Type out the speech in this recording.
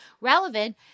relevant